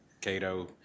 Cato